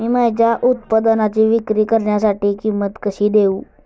मी माझ्या उत्पादनाची विक्री करण्यासाठी किंमत कशी देऊ?